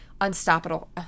unstoppable